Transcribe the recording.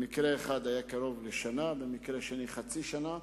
במקרה אחד היה זה קרוב לשנה, במקרה שני, חצי שנה.